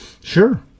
sure